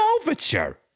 overture